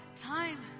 time